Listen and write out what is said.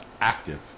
active